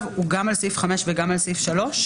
זה גם לגבי סעיף 5 וגם לגבי סעיף 3?